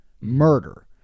murder